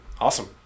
Awesome